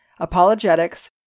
apologetics